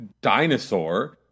dinosaur